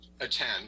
attend